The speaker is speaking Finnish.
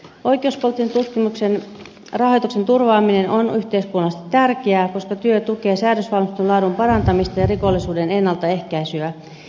oikeuspoliittisen tutkimuksen rahoituksen turvaaminen on yhteiskunnallisesti tärkeää koska työ tukee säädösvalmistelun laadun parantamista ja rikollisuuden ennaltaehkäisyä